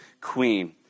queen